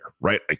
Right